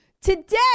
Today